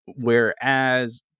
Whereas